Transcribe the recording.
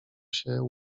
się